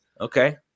Okay